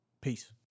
Peace